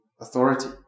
authority